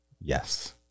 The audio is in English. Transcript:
yes